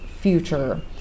future